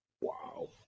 Wow